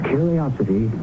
Curiosity